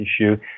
issue